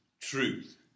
truth